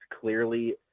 clearly